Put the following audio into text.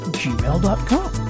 gmail.com